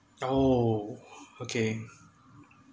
oh okay